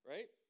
Right